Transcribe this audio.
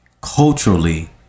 culturally